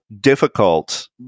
difficult